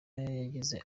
yagize